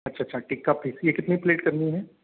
अच्छा अच्छा टिक्का फ़िस ये कितनी प्लेट करनी है